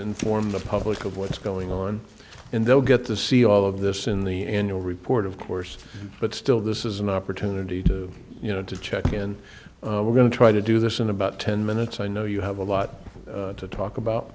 inform the public of what's going on in they'll get to see all of this in the annual report of course but still this is an opportunity to you know to check in we're going to try to do this in about ten minutes i know you have a lot to talk about